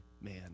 man